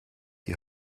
die